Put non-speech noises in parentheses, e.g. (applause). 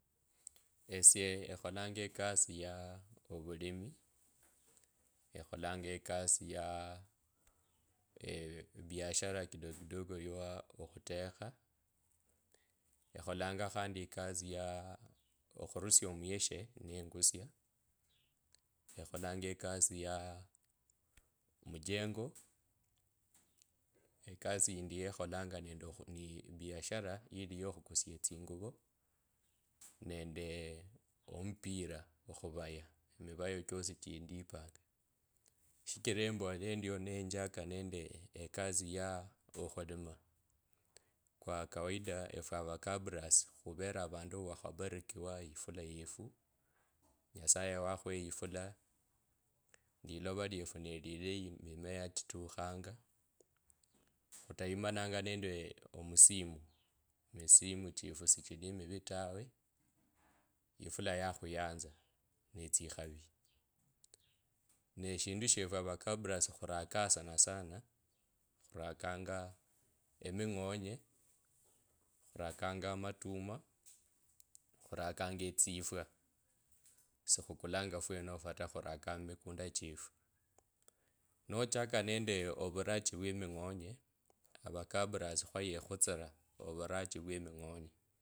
Esyo ekholanga eksi ya ovulimi. Ekholanga ekasi ya (hesitation) biashara kidogo kidogo ya okhutekha, ekholanga khandi ekasi ya khurusia muyeshe nengusia. Ekholanga ekasi ya mujengo, ekasi yindi yekhalanga nende ni biashara yili yo khukusia tsinguvo nende omupira khuvaya. Mivayo chosi chindipa shichira embole endio, nenjaka nende e kasi ya okhulima, kwa kawaida efwe vakabras khuvere avandu khw vabarikiw ifula yefu, nyasaye wakhwa ifula, lilova iyefu nelilayi mimea chitukhanga khutaimananga nende omusimu. Misimu chefu sichili mivi tawe, ifula yakhuyanza netsikhavi. Ne shindu she ifwe vakabras khuraka sana, khurakanga eming’onye, khurakanga amatuma, khurakanga etsifw, sikhukulanga fwenofo ta khurakanga mimukunda chefu. Nochaka nende ovurachi vwe eming’onye, vakabras khweyekhutsira ovurachi vwe eming’onye.